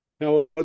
Now